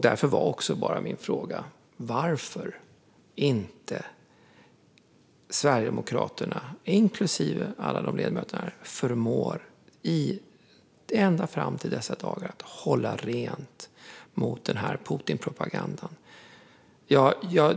Därför var också bara min fråga varför inte Sverigedemokraterna, inklusive alla ledamöter där, ända fram till dessa dagar inte förmått att hålla rent mot Putinpropagandan.